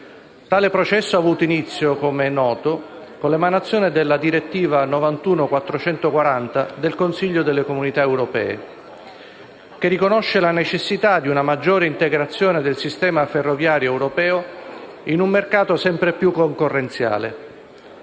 Tale processo ha avuto inizio, come noto, con l'emanazione della direttiva n. 440 del 1991 del Consiglio delle Comunità europee, che riconosce la necessità di una maggiore integrazione del sistema ferroviario europeo in un mercato sempre più concorrenziale.